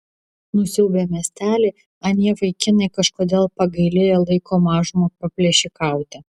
nusiaubę miestelį anie vaikinai kažkodėl pagailėjo laiko mažumą paplėšikauti